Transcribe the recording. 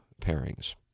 pairings